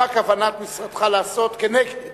מה כוונת משרדך לעשות כנגד